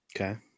Okay